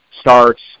starts